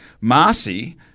Marcy